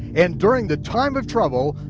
and during the time of trouble,